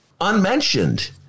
unmentioned